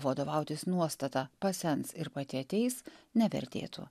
vadovautis nuostata pasens ir pati ateis nevertėtų